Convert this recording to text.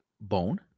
bone